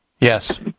yes